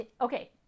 okay